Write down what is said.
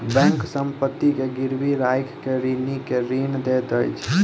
bank संपत्ति के गिरवी राइख के ऋणी के ऋण दैत अछि